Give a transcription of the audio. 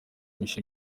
michel